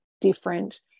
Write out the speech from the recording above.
different